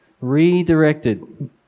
Redirected